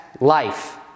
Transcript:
life